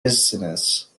business